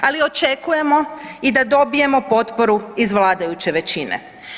Ali očekujemo i da dobijemo potporu iz vladajuće većine.